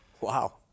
Wow